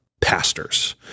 pastors